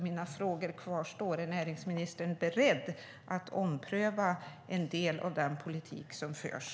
Min fråga kvarstår alltså: Är näringsministern beredd att ompröva en del av den politik som förs?